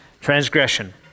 Transgression